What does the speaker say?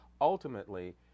ultimately